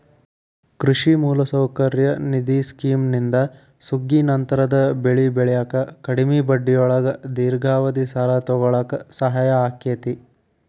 ಕೃಷಿ ಮೂಲಸೌಕರ್ಯ ನಿಧಿ ಸ್ಕಿಮ್ನಿಂದ ಸುಗ್ಗಿನಂತರದ ಬೆಳಿ ಬೆಳ್ಯಾಕ ಕಡಿಮಿ ಬಡ್ಡಿಯೊಳಗ ದೇರ್ಘಾವಧಿ ಸಾಲ ತೊಗೋಳಾಕ ಸಹಾಯ ಆಕ್ಕೆತಿ